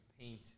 paint